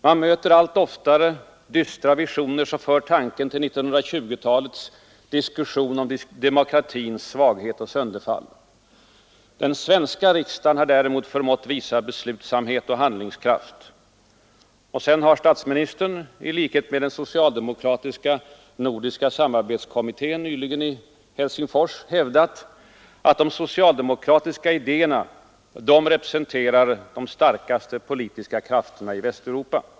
”Man möter allt oftare dystra visioner som för tanken till svenska riksdagen har däremot förmått visa beslutsamhet och handlingskraft. Och statsministern har vidare — i likhet med den socialdemokratiska nordiska samarbetskommittén nyligen i Helsingfors — hävdat att de socialdemokratiska idéerna representerar den starkaste politiska kraften i Västeuropa.